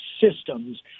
systems